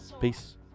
Peace